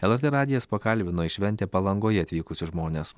lrt radijas pakalbino į šventę palangoje atvykusius žmones